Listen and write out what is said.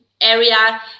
area